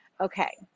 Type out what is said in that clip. Okay